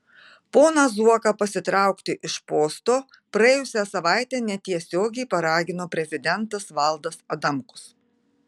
poną zuoką pasitraukti iš posto praėjusią savaitę netiesiogiai paragino prezidentas valdas adamkus